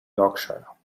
yorkshire